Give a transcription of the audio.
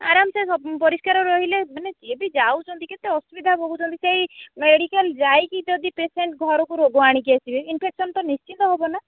ଆରାମସେ ପରିଷ୍କାର ରହିଲେ ମାନେ ଯିଏ ବି ଯାଉଛନ୍ତି କେତେ ଅସୁବିଧା ହେଉଛନ୍ତି ସେଇ ମେଡ଼ିକାଲ ଯାଇକି ଯଦି ପେସେଣ୍ଟ ଘରକୁ ରୋଗ ଆଣିକି ଆସିବେ ଇନଫେକ୍ସନ୍ ତ ନିଶ୍ଚିନ୍ତ ହବ ନା